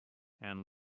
and